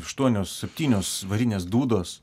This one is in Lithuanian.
aštuonios septynios varinės dūdos